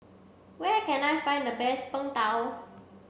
where can I find the best png tao